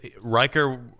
Riker